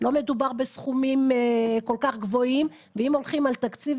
לא מדובר בסכומים כל כך גבוהים ואם הולכים על תקציב,